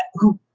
who